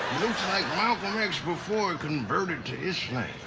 like malcolm x before he converted to islam.